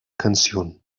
canción